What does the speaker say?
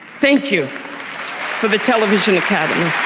thank you to the television academy.